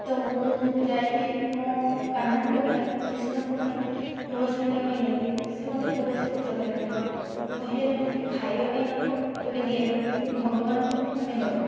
ତ ମୁଁ ଯାଇକି ମୋ କାହ୍ନାଙ୍କ ପାଇଁ କୃଷ୍ଣଙ୍କ ପାଇଁ ତୁଳସୀ ଆଣିବା ପାଇଁ ଯାଇଥିଲି ସେ ମୋତେ ତୁଳସୀପତ୍ର ଦେଲେ ନାହିଁ କହିଲେ ତୁମେ ଯଦି ଖାଇବା ପାଇଁ ନେବ ତେବେ ଦିଆଯିବ କିନ୍ତୁ ଭଗବାନଙ୍କ ପାଇଁ ଆମେ ଦେବୁନି